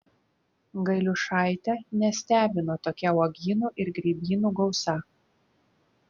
gailiušaitę nestebino tokia uogynų ir grybynų gausa